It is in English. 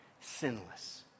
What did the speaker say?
sinless